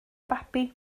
babi